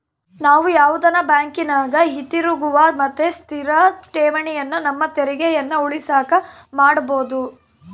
ನಾವು ಯಾವುದನ ಬ್ಯಾಂಕಿನಗ ಹಿತಿರುಗುವ ಮತ್ತೆ ಸ್ಥಿರ ಠೇವಣಿಯನ್ನ ನಮ್ಮ ತೆರಿಗೆಯನ್ನ ಉಳಿಸಕ ಮಾಡಬೊದು